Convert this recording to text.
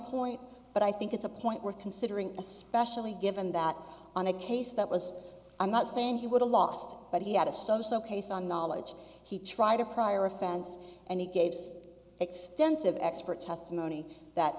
point but i think it's a point worth considering especially given that on a case that was i'm not saying he would a lost but he had a so so ok so on knowledge he tried a prior offense and he gave extensive expert testimony that